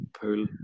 pool